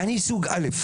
אני סוג א'.